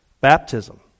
Baptism